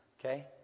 Okay